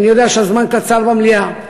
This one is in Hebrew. כי אני יודע שהזמן קצר במליאה,